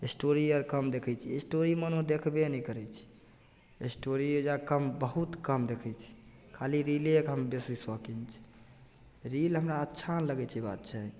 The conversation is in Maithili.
एस्टोरी आओर कम देखै छिए एस्टोरी हम ओना देखबै नहि करै छिए एस्टोरी एहिजे कम बहुत कम देखै छिए खाली रीलेके हम बेसी शौकीन छी रील हमरा अच्छा लगै छै बात छै